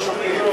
איך תשמעו?